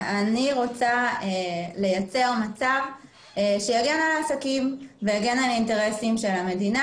אני רוצה לייצר מצב שיגן על העסקים ויגן על האינטרסים של המדינה.